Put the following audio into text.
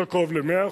יותר קרוב ל-100%.